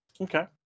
Okay